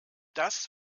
das